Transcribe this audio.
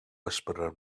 whisperer